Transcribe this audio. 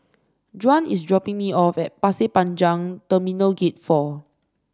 Juan is dropping me off at Pasir Panjang Terminal Gate Four